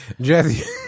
Jesse